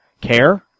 care